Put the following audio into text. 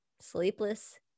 Sleepless